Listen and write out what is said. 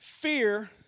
Fear